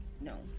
no